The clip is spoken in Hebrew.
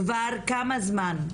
כבר כמה זמן?